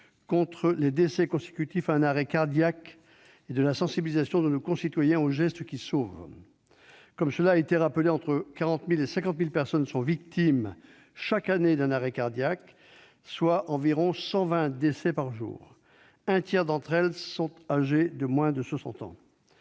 contre les décès consécutifs à un arrêt cardiaque et de la sensibilisation de nos concitoyens aux gestes qui sauvent. Cela a été rappelé, entre 40 000 et 50 000 personnes sont victimes, chaque année, d'un arrêt cardiaque, ce qui représente environ 120 décès par jour. Un tiers de ces victimes sont âgées de moins de 60 ans.